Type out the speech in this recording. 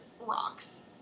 rocks